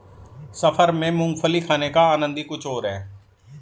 सफर में मूंगफली खाने का आनंद ही कुछ और है